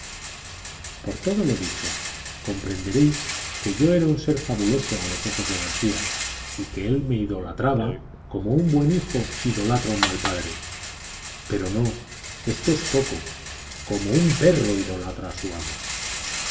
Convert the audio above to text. por todo lo dicho comprenderéis que yo era un ser fabuloso a los ojos de garcía y que él me idolatraba como un buen hijo idolatra a un mal padre pero no esto es poco como un perro idolatra a su amo